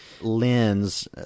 lens